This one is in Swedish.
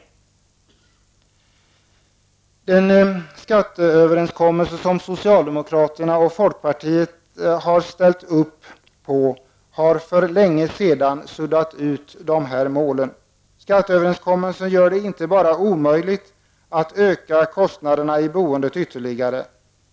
Den skatteöverenskommelse som socialdemokraterna och folkpartiet har ställt upp på har för länge sedan suddat ut dessa mål. Skatteöverenskommelsen gör det inte bara omöjligt att öka kostnaderna i boendet ytterligare.